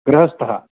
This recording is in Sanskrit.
गृहस्थः